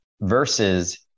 versus